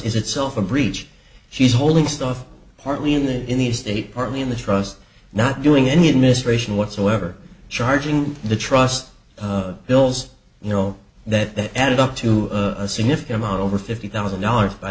is itself a breach she's holding stuff partly in the in the state partly in the trust not doing any administration whatsoever charging the trust bills you know that added up to a significant amount over fifty thousand dollars by